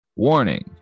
Warning